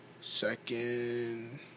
Second